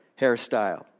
hairstyle